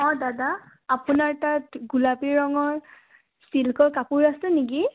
অ' দাদা আপোনাৰ তাত গোলাপী ৰঙৰ চিল্কৰ কাপোৰ আছে নেকি